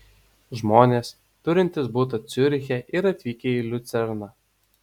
žmonės turintys butą ciuriche ir atvykę į liucerną